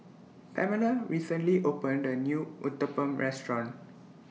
Pamella recently opened A New Uthapam Restaurant